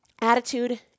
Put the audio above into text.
Attitude